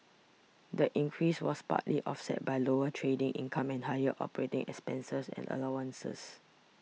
the increase was partly offset by lower trading income and higher operating expenses and allowances